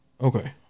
Okay